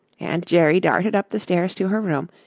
and jerry darted up the stairs to her room,